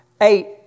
Eight